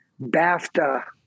BAFTA